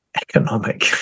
economic